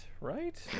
right